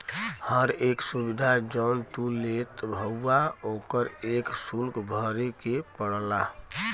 हर एक सुविधा जौन तू लेत हउवा ओकर एक सुल्क भरे के पड़ला